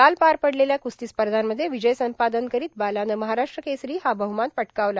काल पार पडलेल्या कुस्ती स्पधामध्ये विजय संपादांत करोंत बालाने महाराष्ट्र केसरों हा बहुमान पटकावला